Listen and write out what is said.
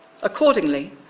Accordingly